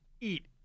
eat